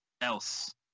else